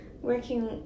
working